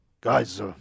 guys